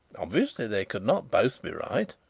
obviously, they could not both be right.